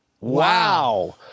Wow